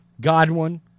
Godwin